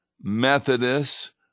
Methodists